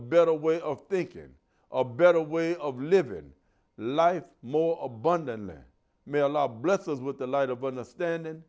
better way of thinking or a better way of living life more abundantly male are bless us with the light of understanding